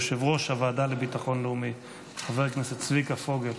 יושב-ראש הוועדה לביטחון לאומי חבר הכנסת צביקה פוגל,